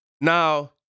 Now